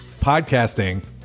podcasting